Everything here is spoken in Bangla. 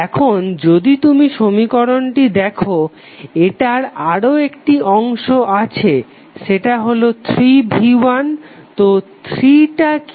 এখন যদি তুমি সমীকরণটি দেখো এটার আরও একটি অংশ আছে সেটা হলো 3v1 তো 3 তা কি